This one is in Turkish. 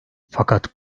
fakat